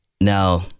now